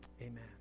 amen